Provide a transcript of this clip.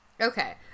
Okay